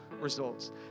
results